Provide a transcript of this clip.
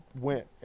went